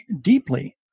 deeply